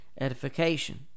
edification